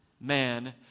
man